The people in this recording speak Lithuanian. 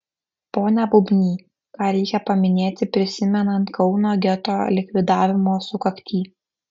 pone bubny ką reikia paminėti prisimenant kauno geto likvidavimo sukaktį